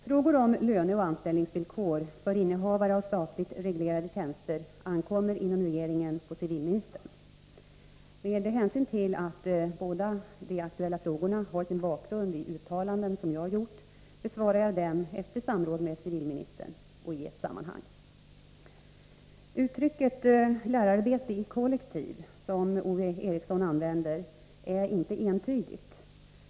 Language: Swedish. Frågor om löneoch anställningsvillkor för innehavare av statligt reglerade tjänster ankommer inom regeringen på civilministern. Med hänsyn till att båda de aktuella frågorna har sin bakgrund i uttalanden som jag gjort besvarar jag dem efter samråd med civilministern och i ett sammanhang. Uttrycket ”lärararbete i kollektiv”, som Ove Eriksson använder, är inte entydigt.